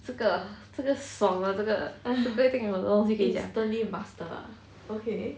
这个爽啊这个这个一定有很多东西可以讲 okay